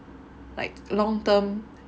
like long term